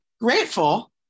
Grateful